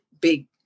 big